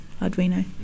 Arduino